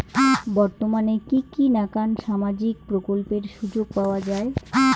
বর্তমানে কি কি নাখান সামাজিক প্রকল্পের সুযোগ পাওয়া যায়?